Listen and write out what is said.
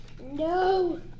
No